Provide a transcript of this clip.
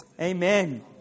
amen